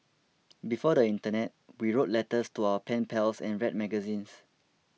before the internet we wrote letters to our pen pals and read magazines